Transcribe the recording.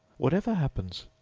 whatever happens.